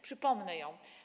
Przypomnę ją.